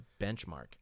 benchmark